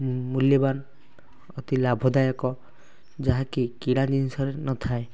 ମୂଲ୍ୟବାନ ଅତି ଲାଭଦାୟକ ଯାହାକି କିରାନୀ ଜିନିଷରେ ନଥାଏ